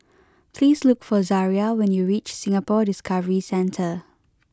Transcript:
please look for Zariah when you reach Singapore Discovery Centre